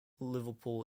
liverpool